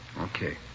Okay